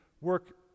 work